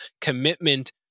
commitment